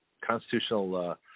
constitutional